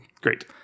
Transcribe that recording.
Great